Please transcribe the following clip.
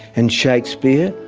and shakespeare,